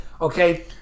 Okay